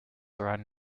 around